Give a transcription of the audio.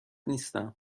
نیستم